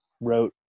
wrote